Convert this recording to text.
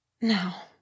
now